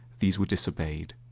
these were disobeyed.